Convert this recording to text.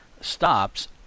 stops